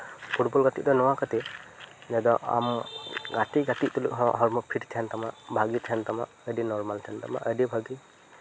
football ᱜᱟᱛᱮᱜ ᱫᱚ ᱱᱚᱣᱟ ᱠᱷᱟᱹᱛᱤᱨ ᱡᱟᱦᱟᱸ ᱫᱚ ᱟᱢ ᱜᱟᱛᱮ ᱜᱟᱛᱮ ᱛᱩᱞᱩᱪ ᱦᱚᱸ ᱦᱚᱲᱢᱚ ᱯᱷᱤᱴ ᱛᱟᱦᱮᱱ ᱛᱟᱢᱟ ᱵᱷᱟᱹᱜᱤ ᱛᱟᱦᱮᱱ ᱛᱟᱢᱟ ᱟᱹᱰᱤ ᱱᱚᱨᱢᱟᱞ ᱛᱟᱦᱮᱱ ᱛᱟᱢᱟ ᱟᱹᱰᱤ ᱵᱷᱟᱹᱜᱤ